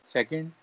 Second